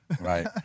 right